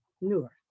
Noor